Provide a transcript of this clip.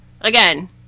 Again